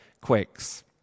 quakes